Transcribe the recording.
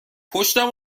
پشتم